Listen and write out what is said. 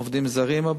הרבה עובדים זרים.